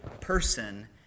person